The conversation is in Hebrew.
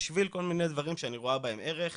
על מנת כל מיני דברים שאני רואה בהם ערך